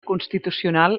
constitucional